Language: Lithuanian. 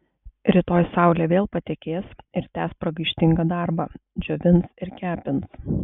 rytoj saulė vėl patekės ir tęs pragaištingą darbą džiovins ir kepins